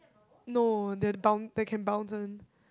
no the boun~ that can bounce one